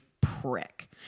Prick